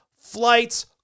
flights